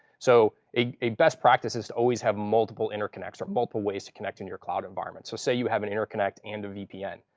so a best practice is to always have multiple interconnects or multiple ways to connect into your cloud environment. so say you have an interconnect and a vpn,